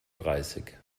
dreißig